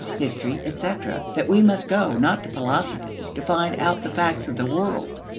history, etc. that we must go, not to philosophy, to find out the facts of the world.